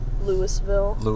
Louisville